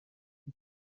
این